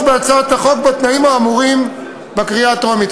בהצעת החוק בתנאים האמורים בקריאה הטרומית.